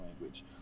language